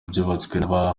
byubatswe